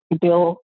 Bill